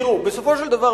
בסופו של דבר,